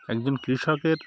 একজন কৃষকের